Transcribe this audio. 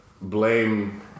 blame